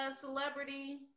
celebrity